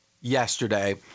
yesterday –